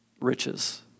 riches